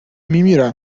میمیرم